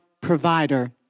provider